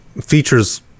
features